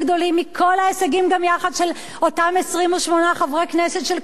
ההישגים גם יחד של אותם 28 חברי כנסת של קדימה,